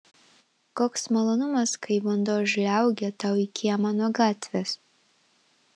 koks malonumas kai vanduo žliaugia tau į kiemą nuo gatvės